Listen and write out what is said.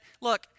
look